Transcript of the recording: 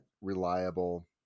reliable